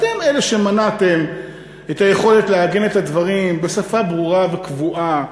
אתם אלה שמנעתם את היכולת לעגן את הדברים בשפה ברורה וקבועה.